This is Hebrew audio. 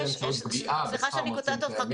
לא באמצעות פגיעה בשכר מרצים קיימים.